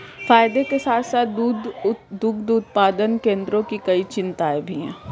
फायदे के साथ साथ दुग्ध उत्पादन केंद्रों की कई चिंताएं भी हैं